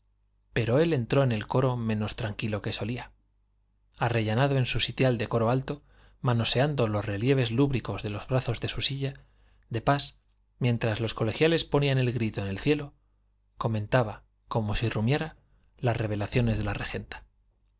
pero él entró en el coro menos tranquilo que solía arrellanado en su sitial del coro alto manoseando los relieves lúbricos de los brazos de su silla de pas mientras los colegiales ponían el grito en el cielo comentaba como si rumiara las revelaciones de la regenta